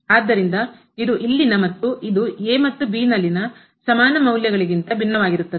ಆದ್ದರಿಂದ ಇದು ಇಲ್ಲಿದೆ ಮತ್ತು ಇದು ಮತ್ತು ನಲ್ಲಿನ ಸಮಾನ ಮೌಲ್ಯಗಳಿಗಿಂತ ಭಿನ್ನವಾಗಿರುತ್ತದೆ